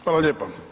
Hvala lijepa.